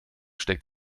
steckt